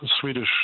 Swedish